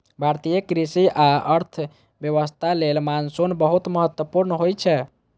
भारतीय कृषि आ अर्थव्यवस्था लेल मानसून बहुत महत्वपूर्ण होइ छै